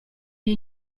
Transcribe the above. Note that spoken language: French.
est